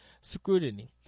scrutiny